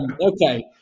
okay